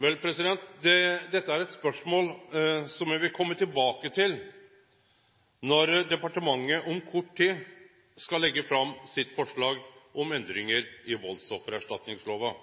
Dette er eit spørsmål som me vil kome tilbake til når departementet om kort tid skal leggje fram sitt forslag til endringar i valdsoffererstatningslova.